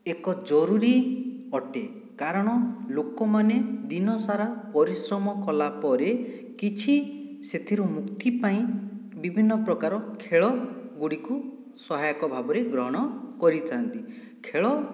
ଏକ ଜରୁରୀ ଅଟେ କାରଣ ଲୋକମାନେ ଦିନ ସାରା ପରିଶ୍ରମ କଲା ପରେ କିଛି ସେଥିରୁ ମୁକ୍ତି ପାଇଁ ବିଭିନ୍ନ ପ୍ରକାର ଖେଳ ଗୁଡ଼ିକୁ ସହାୟକ ଭାବରେ ଗ୍ରହଣ କରିଥାନ୍ତି ଖେଳ